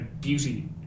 beauty